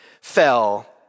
fell